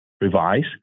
revised